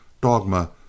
Dogma